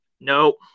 nope